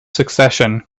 succession